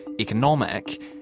economic